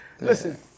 listen